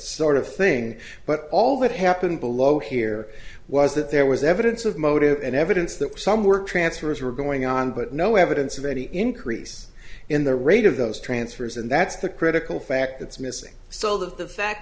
sort of thing but all that happened below here was that there was evidence of motive and evidence that some work transfers were going on but no evidence of any increase in the rate of those transfers and that's the critical fact that's missing so the fact